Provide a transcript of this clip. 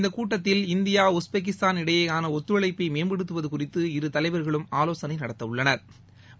இந்த கூட்டத்தில் India Uzbekistan இடையேயான ஒத்துழைப்பை மேம்படுத்துவது குறித்து இரு தலைவா்களும் ஆலோசனை நடத்தவுள்ளனா்